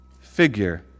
figure